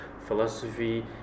philosophy